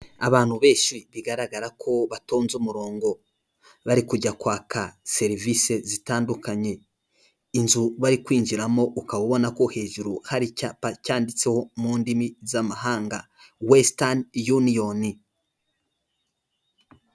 Abantu benshi bigaragara ko batonze umurongo bari kujya kwaka serivisi zitandukanye, inzu bari kwinjiramo ukaba ubona ko hejuru hari icyapa cyanditseho mu ndimi z'amahanga wesitani yuniyoni.